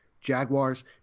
Jaguars